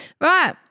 Right